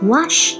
Wash